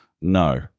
No